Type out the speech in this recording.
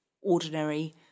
ordinary